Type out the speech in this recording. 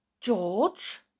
George